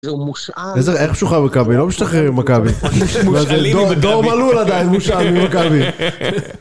‫זהו מושעה. ‫-איזה, איך שוחרר מכבי, ‫לא משתחררים ממכבי. ‫-מושעלים עם מקווי. ‫דור מלול עדיין מושע ממכבי.